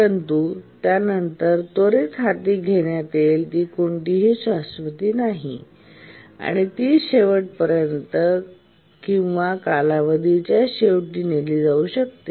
परंतु त्यानंतर त्वरित हाती घेण्यात येईल याची कोणतीही शाश्वती नाही आणि ती शेवटपर्यंत किंवा कालावधी च्या शेवटी नेली जाऊ शकते